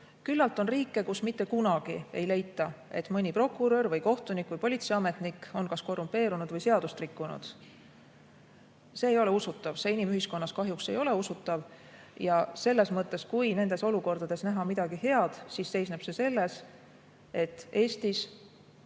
Küllalt on riike, kus mitte kunagi ei leita, et mõni prokurör või kohtunik või politseiametnik on kas korrumpeerunud või seadust rikkunud. See ei ole usutav, see inimühiskonnas kahjuks ei ole usutav. Ja selles mõttes, kui nendes olukordades näha midagi head, siis seisneb see selles, et Eestis